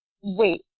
Wait